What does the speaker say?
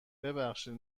ببخشید